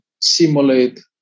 simulate